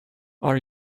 are